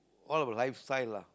all about lifestyle lah